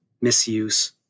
misuse